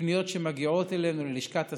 בפניות שמגיעות אלינו ללשכת השר,